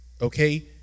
Okay